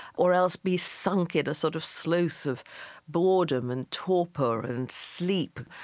or else be sunk in a sort of sloth of boredom and torpor and sleep.